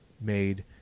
made